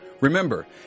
Remember